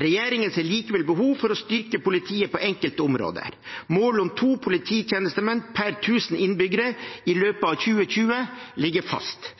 Regjeringen ser likevel behov for å styrke politiet på enkelte områder. Målet om 2 polititjenestemenn per 1 000 innbyggere i løpet av 2020 ligger fast.